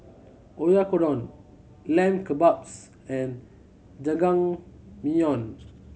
Oyakodon Lamb Kebabs and Jajangmyeon